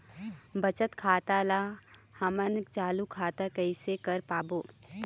बचत खाता ला हमन चालू खाता कइसे कर सकबो?